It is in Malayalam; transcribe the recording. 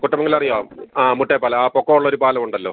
കുട്ടമംഗലറിയാമോ ആ മുട്ടേപ്പാലം ആ പൊക്കമുള്ള ഒരു പാലമുണ്ടല്ലോ